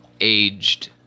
aged